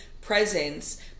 presence